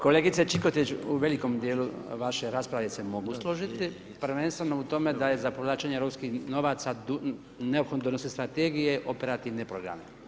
Kolegice Čikotić, u velikom dijelu vaše rasprave se mogu složiti, prvenstveno u tome da je za povlačenje europskih novaca neophodno da se donesu strategije operativne programe.